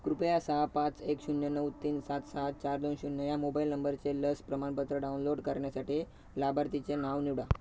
कृपया सहा पाच एक शून्य नऊ तीन सात सात चार दोन शून्य या मोबाईल नंबरचे लस प्रमाणपत्र डाउनलोड करण्यासाठी लाभार्थीचे नाव निवडा